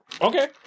Okay